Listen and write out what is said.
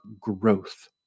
growth